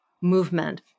movement